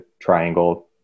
triangle